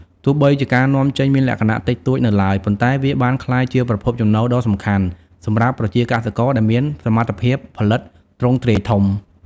ទោះបីជាការនាំចេញមានលក្ខណៈតិចតួចនៅឡើយ ប៉ុន្តែវាបានក្លាយជាប្រភពចំណូលដ៏សំខាន់សម្រាប់ប្រជាកសិករដែលមានសមត្ថភាពផលិតទ្រង់ទ្រាយធំ។